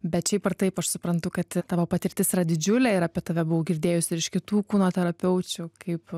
bet šiaip ar taip aš suprantu kad tavo patirtis yra didžiulė ir apie tave buvau girdėjusi ir iš kitų kūno terapeučių kaip